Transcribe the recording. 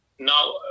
Now